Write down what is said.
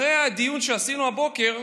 אחרי הדיון שעשינו הבוקר,